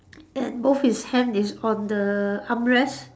and both his hand is on the armrest